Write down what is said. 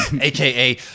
aka